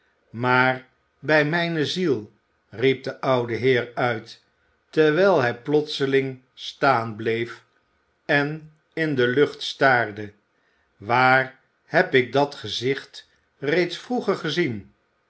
maar bij mijne ziel riep de oude heer uit terwijl hij plotseling staan bleef en in de lucht staarde waar heb ik dat gezicht reeds vroeger gezien